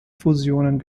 fusionen